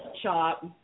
Shop